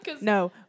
No